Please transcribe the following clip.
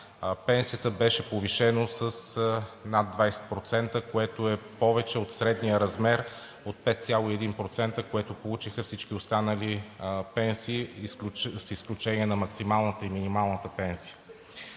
пенсията беше повишено с над 20%, което е повече от средния размер от 5,1%, което получиха всички останали пенсии, с изключение на максималната и минималната пенсия.